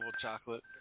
chocolate